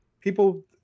people